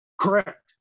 Correct